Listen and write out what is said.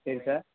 சரி சார்